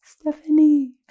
Stephanie